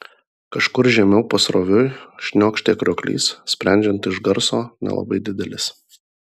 kažkur žemiau pasroviui šniokštė krioklys sprendžiant iš garso nelabai didelis